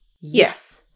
Yes